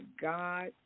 God